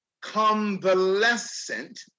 convalescent